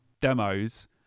demos